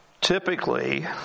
Typically